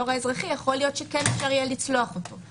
יכול להיות שכן אפשר יהיה לצלוח את הרף במישור האזרחי.